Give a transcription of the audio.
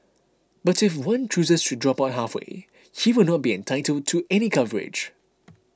but if one chooses to drop out halfway he will not be entitled to any coverage